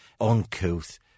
uncouth